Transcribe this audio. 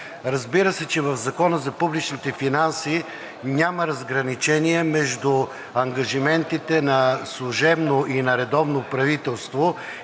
Разбира се, че в Закона за публичните финанси няма разграничение между ангажиментите на служебно и на редовно правителство.